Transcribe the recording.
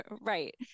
Right